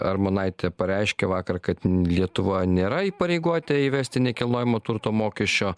armonaitė pareiškė vakar kad lietuva nėra įpareigota įvesti nekilnojamo turto mokesčio